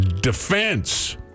defense